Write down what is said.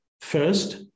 First